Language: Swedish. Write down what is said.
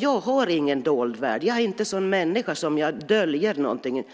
Jag har ingen dold värld. Jag är inte en sådan människa som döljer någonting.